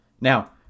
Now